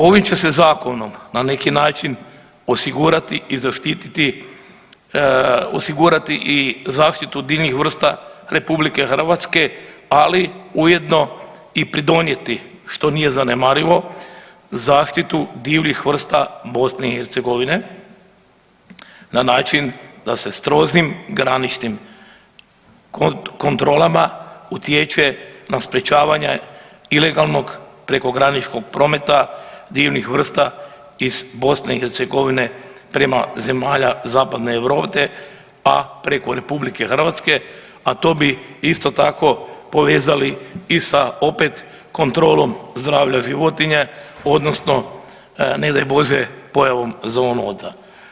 Ovim će se zakonom na neki način osigurati i zaštiti, osigurati i zaštitu divljih vrsta RH, ali ujedno i pridonijeti što nije zanemarivo zaštitu divljih vrsta BiH na način da se strožim graničnim kontrolama utječe na sprječavanje ilegalnog prekograničnog prometa divljih vrsta iz BiH prema zemalja zapadne Europe a preko RH, a to bi isto tako povezali i sa kontrolom zdravlja životinje odnosno ne daj Bože pojavom zoonoza.